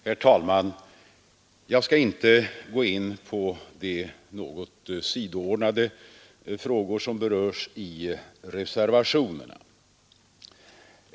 Herr talman! Jag skall inte gå in på de något sidoordnade frågor som berörs i reservationerna.